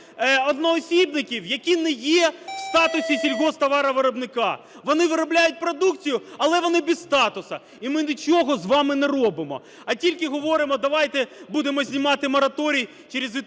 одноосібників, які не є в статусі сільгосптоваровиробника, вони виробляють продукцію, але вони без статусу. І ми нічого з вами не робимо, а тільки говоримо, давайте будемо знімати мораторій через відповідні